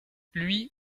lui